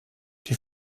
die